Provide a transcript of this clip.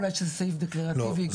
אולי יש איזה סעיף דקלרטיבי --- לא,